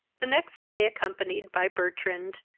the next day, accompanied by bertrand,